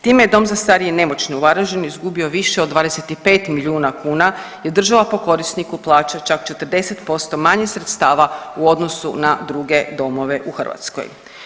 Time je dom za starije i nemoćne u Varaždinu izgubio više od 25 milijuna kuna jer država po korisniku plaća čak 40% manje sredstava u odnosu na druge domove u Hrvatskoj.